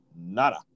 Nada